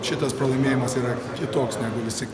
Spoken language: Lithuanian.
šitas pralaimėjimas yra kitoks negu visi